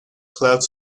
clouds